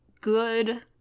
good